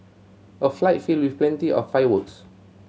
a fight filled with plenty of fireworks